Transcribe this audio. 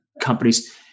companies